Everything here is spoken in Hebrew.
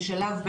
את השלב,